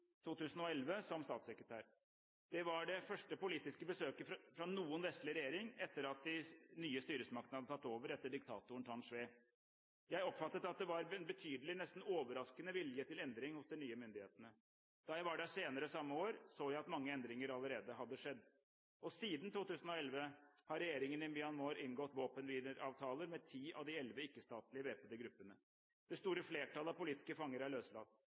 2011 som statssekretær. Det var det første politiske besøket fra noen vestlig regjering etter at de nye styresmaktene hadde tatt over etter diktatoren Than Shwe. Jeg oppfattet at det var en betydelig, nesten overraskende, vilje til endring hos de nye myndighetene. Da jeg var der senere samme år, så jeg at mange endringer allerede hadde skjedd. Og siden 2011 har regjeringen i Myanmar inngått våpenhvileavtaler med ti av de elleve ikke-statlige væpnede gruppene. Det store flertallet av politiske fanger er løslatt.